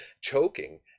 choking